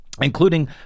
including